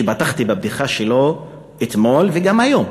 ופתחתי בבדיחה שלו אתמול, וגם היום.